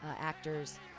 actors